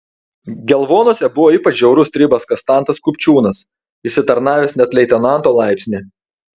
gelvonuose buvo ypač žiaurus stribas kastantas kupčiūnas išsitarnavęs net leitenanto laipsnį